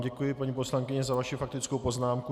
Děkuji vám, paní poslankyně, za vaši faktickou poznámku.